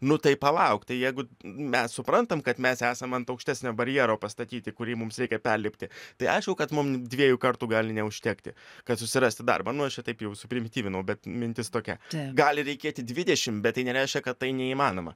nu tai palauk tai jeigu mes suprantam kad mes esam ant aukštesnio barjero pastatyti kurį mums reikia perlipti tai aišku kad mum dviejų kartų gali neužtekti kad susirasti darbą nu aš čia taip jau suprimityvinau bet mintis tokia gali reikėti dvidešim bet tai nereiškia kad tai neįmanoma